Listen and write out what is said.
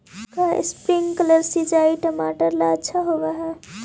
का स्प्रिंकलर सिंचाई टमाटर ला अच्छा होव हई?